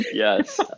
Yes